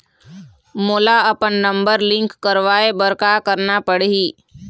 मोला अपन number link करवाये बर का करना पड़ही?